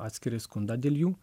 atskirąjį skundą dėl jų